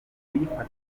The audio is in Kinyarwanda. kuyifatira